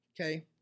Okay